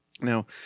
Now